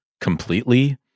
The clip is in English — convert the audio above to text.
completely